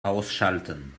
ausschalten